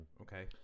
Okay